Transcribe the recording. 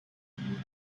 bulunuyor